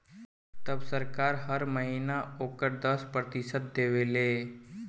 तब सरकार हर महीना ओकर दस प्रतिशत देवे ले